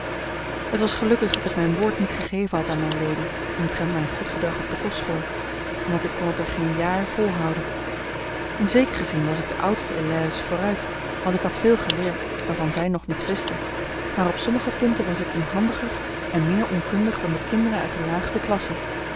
het was gelukkig dat ik mijn woord niet gegeven had aan mylady omtrent mijn goed gedrag op de kostschool want ik kon het er geen jaar volhouden in zekeren zin was ik de oudste élèves vooruit want ik had veel geleerd waarvan zij nog niets wisten maar op sommige punten was ik onhandiger en meer onkundig dan de kinderen uit de laagste klasse